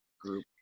group